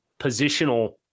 positional